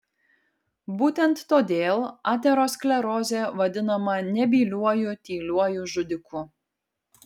būtent todėl aterosklerozė vadinama nebyliuoju tyliuoju žudiku